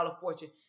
fortune